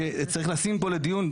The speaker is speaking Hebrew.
שצריך לשים פה לדיון,